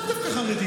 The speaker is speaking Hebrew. לאו דווקא חרדים,